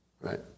Right